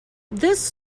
this